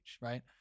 right